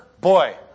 boy